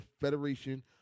Federation